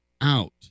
out